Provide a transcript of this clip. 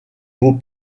beau